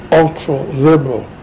ultra-liberal